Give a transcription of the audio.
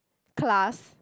class